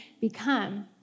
become